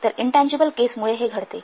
तर intangible case मुळे हे घडते